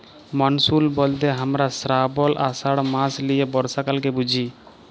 monsoon ব্যলতে হামরা শ্রাবল, আষাঢ় মাস লিয়ে বর্ষাকালকে বুঝি